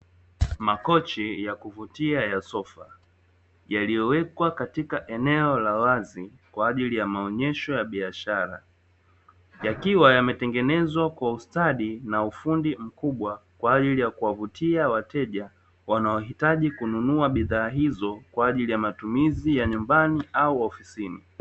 Makochi ya kuvutia ya sofa yaliyowekwa katika eneo la wazi kwa ajili ya maonyesho ya biashara yakiwa yametengenezwa kwa ustadi na ufundi mkubwa, kwa ajili ya kuwavutia wateja wanaohitaji kununua bidhaa hizo kwa ajili ya matumizi ya nyumbani au ofisini.